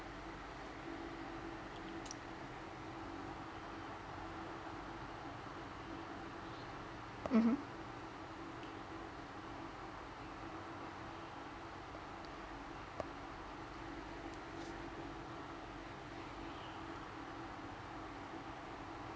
mmhmm